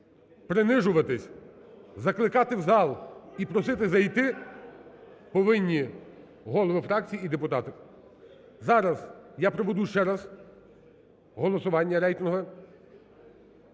принижуватись, закликати у зал і просити зайти повинні голови фракцій і депутати. Зараз я проведу ще раз голосування рейтингове.